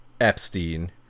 Epstein